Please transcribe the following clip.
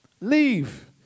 Leave